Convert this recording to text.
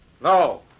No